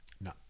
No